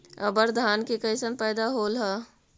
अबर धान के कैसन पैदा होल हा?